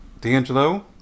d'angelo